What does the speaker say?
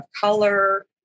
color